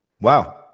Wow